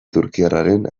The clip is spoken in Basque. turkiarraren